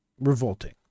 revolting